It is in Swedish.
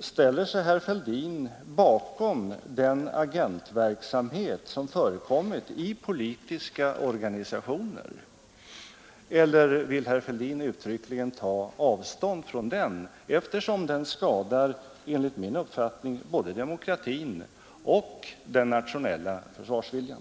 Ställer sig herr Fälldin bakom den agentverksamhet som förekommit i politiska organisationer, eller vill herr Fälldin uttryckligen ta avstånd från den, eftersom den skadar — enligt min uppfattning — både demokratin och den nationella försvarsviljan?